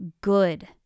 good